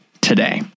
today